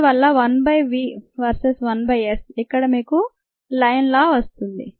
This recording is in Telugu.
అందువల్ల 1 by v versus 1 by S ఇక్కడ మీకు లైన్ లా వస్తుంది